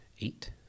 eight